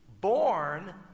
born